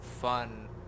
fun